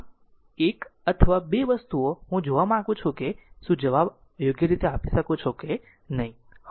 આમ આ 1 અથવા 2 વસ્તુઓ હું જોવા માંગુ છું કે શું જવાબ યોગ્ય રીતે આપે છે કે નહીં ફોરમમાં જવાબ મૂકે છે